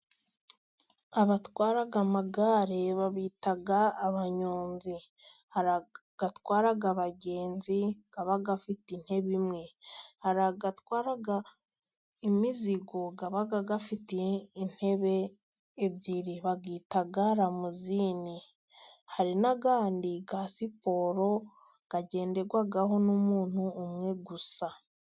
Abatwara amagare, babita abanyonzi，hari abatwara abagenzi aba afite intebe imwe， hari n’ayandi atwara imizigo， aba afite intebe ebyiri， bayita ramuzini，hari n'ayandi ya siporo， agenderwaho n'umuntu umwe gusa.